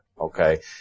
Okay